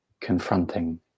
confronting